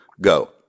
Go